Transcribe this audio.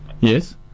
Yes